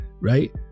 right